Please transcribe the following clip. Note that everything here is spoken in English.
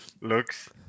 looks